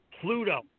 Pluto